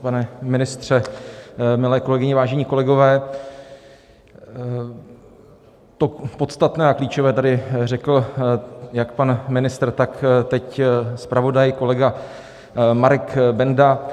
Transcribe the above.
Pane ministře, milé kolegyně, vážení kolegové, to podstatné a klíčové tady řekl jak pan ministr, tak teď zpravodaj, kolega Marek Benda.